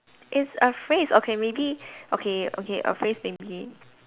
it's a phrase okay maybe okay okay a phrase maybe